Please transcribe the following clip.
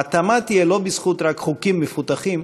ההתאמה תהיה לא רק בזכות חוקים מפותחים.